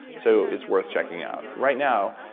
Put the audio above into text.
so it's worth checking out. right now,